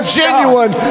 genuine